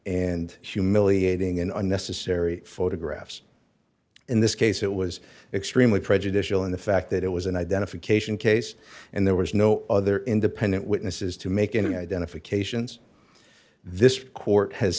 and humiliating unnecessary photographs in this case it was extremely prejudicial in the fact that it was an identification case and there was no other independent witnesses to make any identifications this court has